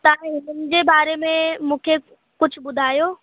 त इन्हनि जे बारे में मूंखे कुझु ॿुधायो